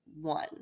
one